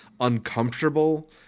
uncomfortable